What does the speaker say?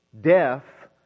death